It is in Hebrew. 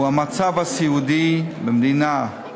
הוא המצב הסיעודי במדינה,